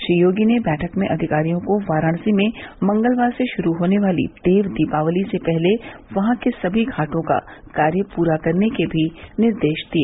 श्री योगी ने बैठक में अधिकारियों को वाराणसी में मंगलवार से शुरू होने वाली देव दीपावली से पहले वहां के सभी घाटों का कार्य पूरा करने के भी निर्देश दिए